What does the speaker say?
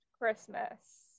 Christmas